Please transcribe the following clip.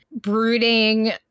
brooding